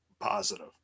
positive